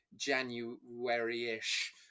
January-ish